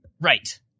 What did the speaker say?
Right